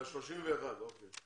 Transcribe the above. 31 עובדים, אוקיי.